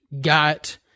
got